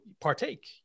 partake